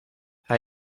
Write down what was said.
hij